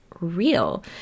real